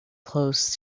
close